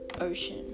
ocean